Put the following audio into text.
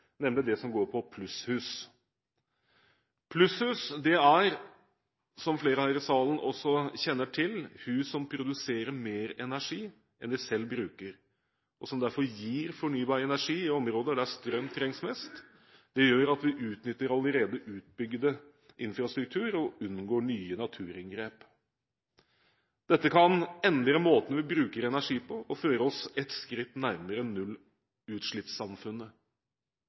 nemlig det som går på plusshus. Plusshus er – som flere her i salen også kjenner til – hus som produserer mer energi enn det selv bruker, og som derfor gir fornybar energi i områder der strøm trengs mest. Det gjør at vi utnytter allerede utbygd infrastruktur og unngår nye naturinngrep. Dette kan endre måten vi bruker energi på, og føre oss et skritt nærmere nullutslippssamfunnet.